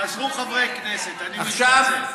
חזרו חברי כנסת, אני מתנצל.